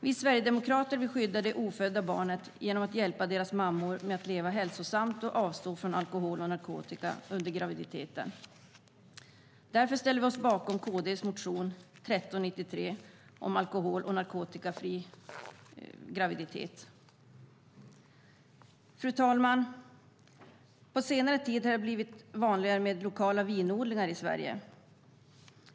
Vi sverigedemokrater vill skydda det ofödda barnet genom att hjälpa deras mammor att leva hälsosamt och avstå från alkohol och narkotika under graviditeten. Därför ställer vi oss bakom KD:s motion 2014/15:1393 om alkohol och narkotikafri graviditet. Fru talman! På senare tid har det blivit vanligare med lokala vinodlingar i Sverige.